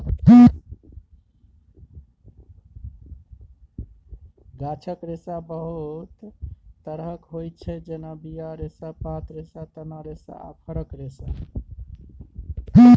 गाछक रेशा बहुत तरहक होइ छै जेना बीया रेशा, पात रेशा, तना रेशा आ फरक रेशा